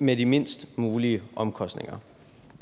med de mindst mulige omkostninger.